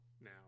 now